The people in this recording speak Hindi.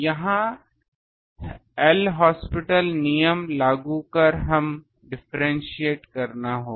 यहां L हॉस्पिटल नियम लागू कर हमें डिफ्रेंटिएट करना होगा